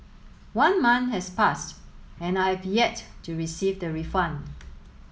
one month has passed and I have yet to receive the refund